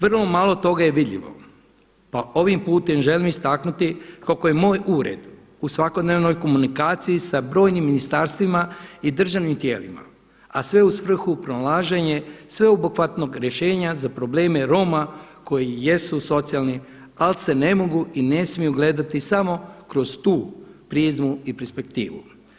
Vrlo malo toga je vidljivo pa ovim putem želim istaknuti kako je moj ured u svakodnevnoj komunikaciji sa brojnim ministarstvima i državnim tijelima, a sve u svrhu pronalaženja sveobuhvatnog rješenja za probleme Roma koji jesu socijalni al se ne mogu i ne smiju gledati samo kroz tu prizmu i perspektivu.